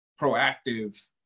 proactive